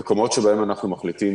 ממקום למקום,